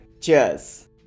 Cheers